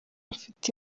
mfite